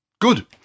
Good